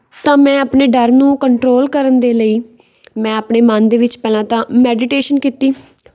ਤਾਂ ਮੈਂ ਆਪਣੇ ਡਰ ਨੂੰ ਕੰਟਰੋਲ ਕਰਨ ਦੇ ਲਈ ਮੈਂ ਆਪਣੇ ਮਨ ਦੇ ਵਿੱਚ ਪਹਿਲਾਂ ਤਾਂ ਮੈਡੀਟੇਸ਼ਨ ਕੀਤੀ